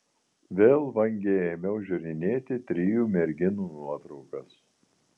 vėl vangiai ėmiau žiūrinėti trijų merginų nuotraukas